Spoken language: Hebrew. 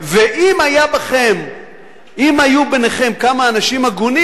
ואם היו ביניכם כמה אנשים הגונים,